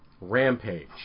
Rampage